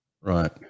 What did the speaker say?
right